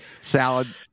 salad